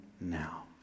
now